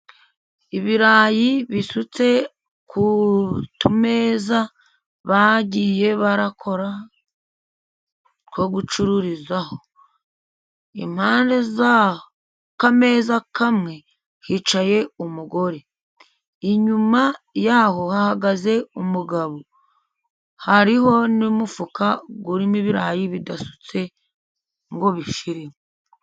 Ibirayi bisutse ku tumeza bagiye bakora two gucururizaho. Impande zaho ku kameza kamwe hicaye umugore, inyuma yaho hahagaze umugabo, hariho n'umufuka urimo ibirayi bidasutse ngo bishire.